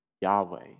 Yahweh